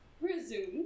Resume